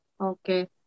Okay